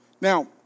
Now